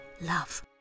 love